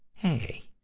hey.